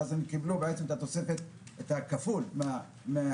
ואז הם קיבלו כפול מחבריהם,